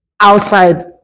outside